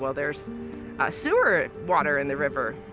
ah there's ah sewer water in the river.